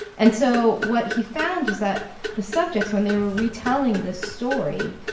and so what he found was that the subjects, when they were retelling this story,